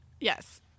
Yes